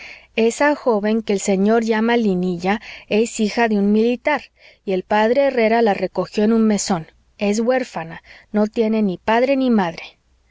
esa joven que el señor llama linilla es hija de un militar y el p herrera la recogió en un mesón es huérfana no tiene ni padre ni madre